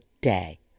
day